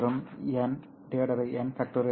மற்றும் n n